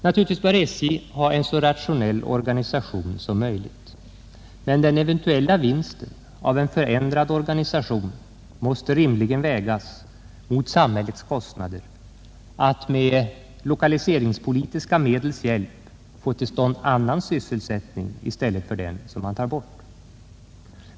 Naturligtvis bör SJ ha en så rationell organisation som möjligt, men den eventuella vinsten av en förändrad organisation måste rimligen vägas mot samhällets kostnader att med lokaliseringspolitiska medel få till stånd annan sysselsättning i stället för den man tar bort.